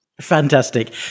Fantastic